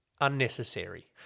Unnecessary